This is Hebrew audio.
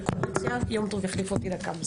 יום טוב יחליף אותי בינתיים.